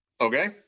Okay